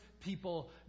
people